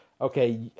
okay